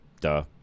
Duh